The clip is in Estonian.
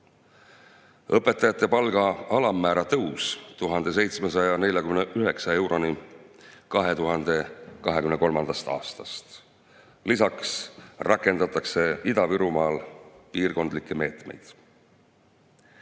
õpetajate palga alammäära tõusu 1749 euroni 2023. aastast. Lisaks rakendatakse Ida-Virumaal piirkondlikke meetmeid.